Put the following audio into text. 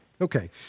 Okay